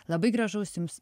labai gražaus jums